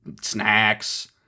snacks